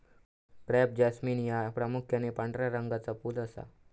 crape jasmine ह्या प्रामुख्यान पांढऱ्या रंगाचा फुल असा